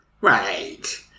Right